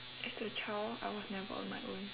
as a child I was never on my own